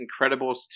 Incredibles